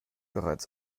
bereits